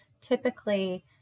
typically